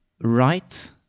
right